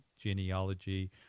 genealogy